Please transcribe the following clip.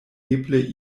eble